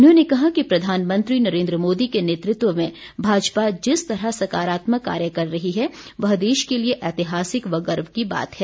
उन्होंने कहा कि प्रधानमंत्री नरेन्द्र मोदी के नेतृत्व में भाजपा जिस तरह सकारात्मक कार्य कर रही है वह देश के लिए ऐतिहासिक व गर्व की बात है